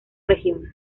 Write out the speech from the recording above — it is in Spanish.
regiones